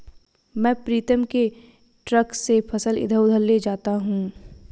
मैं प्रीतम के ट्रक से फसल इधर उधर ले जाता हूं